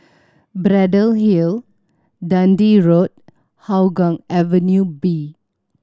Braddell Hill Dundee Road Hougang Avenue B